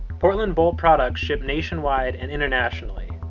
portland bolt products ship nationwide and internationally.